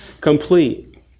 complete